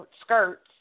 skirts